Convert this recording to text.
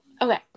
okay